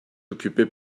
occupé